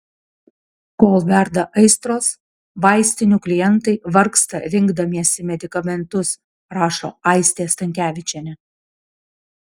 kol verda aistros vaistinių klientai vargsta rinkdamiesi medikamentus rašo aistė stankevičienė